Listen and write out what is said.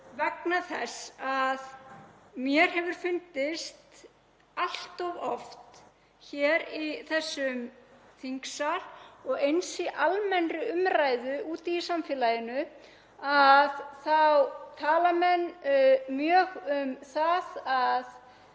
vegna þess að mér hefur fundist allt of oft hér í þessum þingsal og eins í almennri umræðu úti í samfélaginu menn tala mjög um það að